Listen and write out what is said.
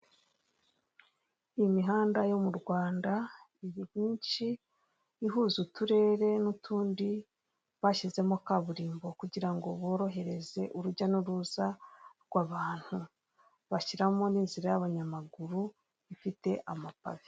Imihanda yo mu Rwanda imyinshi ihuza uturere n'utundi bashizemo kaburimbo kugira ngo borohereze urujya n'uruza rw'abantu bashiramo n'inzira y'abantu amapave.